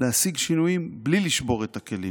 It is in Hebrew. להשיג שינויים בלי 'לשבור את הכלים'